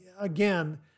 again